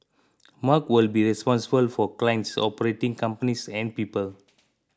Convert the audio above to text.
mark will be responsible for clients operating companies and people